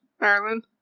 Ireland